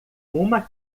uma